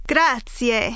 Grazie